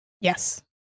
Yes